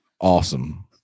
awesome